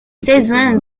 saison